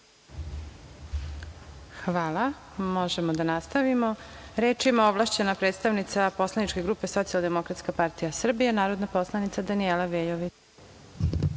Hvala. Možemo da nastavimo. Reč ima ovlašćena predstavnika poslaničke grupe Socijaldemokratska partija Srbije, narodna poslanica Danijela Veljović.